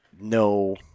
no